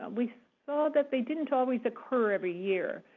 we saw that they didn't always occur every year.